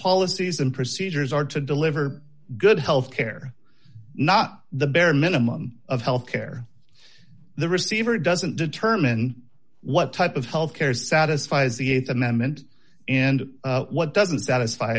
policies and procedures are to deliver good health care not the bare minimum of health care the receiver doesn't determine what type of health care satisfies the th amendment and what doesn't satisfy